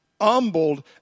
humbled